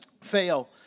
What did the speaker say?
Fail